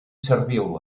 serviu